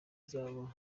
zabo